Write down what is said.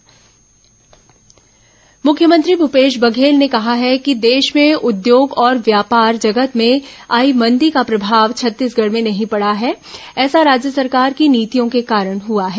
मुख्यमंत्री real estate मुख्यमंत्री भूपेश बघेल ने कहा है कि देश में उद्योग और व्यापार जगत में आई मंदी का प्रभाव छत्तीसगढ़ में नहीं पड़ा है ऐसा राज्य सरकार की नीतियों के कारण हुआ है